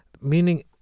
meaning